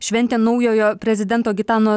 šventė naujojo prezidento gitano